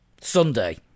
Sunday